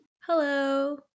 Hello